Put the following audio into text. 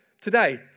today